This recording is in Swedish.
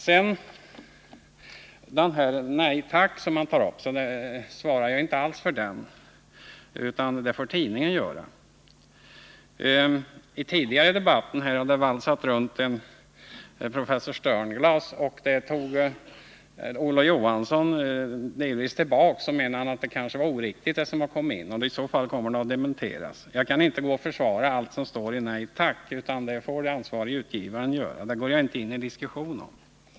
Vad beträffar tidningen Nej Tack!, så svarar jag inte alls för den, utan det får tidningen själv göra. Tidigare i debatten har det valsat runt uttalanden av en professor Sternglass, och det tog Olof Johansson delvis tillbaka. Han menade att vad som kommit in kanske var oriktigt, och i så fall skall det dementeras. Jag kan inte försvara allt som står i Nej Tack!, utan det får den ansvarige utgivaren göra. Detta går jag inte in i diskussion om.